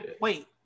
Wait